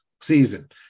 season